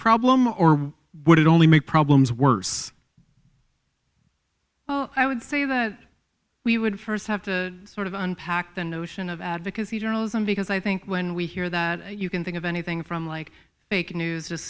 problem or would it only make problems worse oh i would say that we would st have to sort of unpack the notion of advocacy journalism because i think when we hear that you can think of anything from like big news just